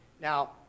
Now